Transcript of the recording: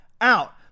out